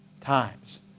times